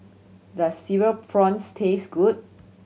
does Cereal Prawns taste good